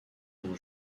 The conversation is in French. non